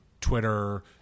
twitter